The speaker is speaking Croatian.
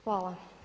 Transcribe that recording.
Hvala.